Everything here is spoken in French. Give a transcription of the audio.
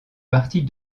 partie